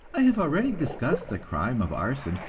i have already discussed the crime of arson,